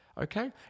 Okay